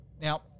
Now